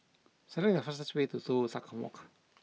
select the fastest way to Toh Tuck Walk